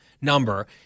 Number